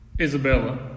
Isabella